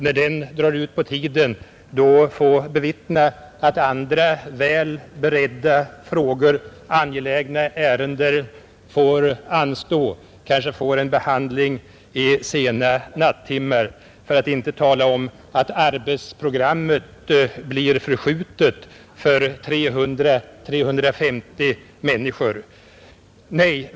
När denna drar ut på tiden, får man bevittna att andra väl beredda frågor och angelägna ärenden får anstå eller kanske kommer upp till behandling under sena nattimmar. För att inte tala om att arbetsprogrammet blir förskjutet för 300 å 350 människor.